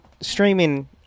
streaming